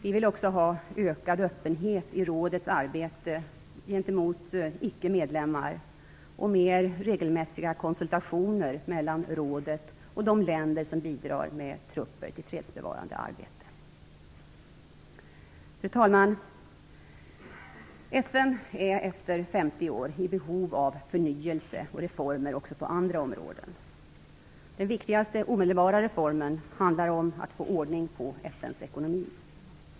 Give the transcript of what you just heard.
Vi vill också ha en ökad öppenhet i rådets arbete gentemot ickemedlemmar och mer regelmässiga konsultationer mellan rådet och de länder som bidrar med trupper till fredsbevarande arbete. Fru talman! FN är efter 50 år i behov av förnyelse och reformer också på andra områden. Den viktigaste omedelbara reformen handlar om att få ordning på FN:s ekonomi.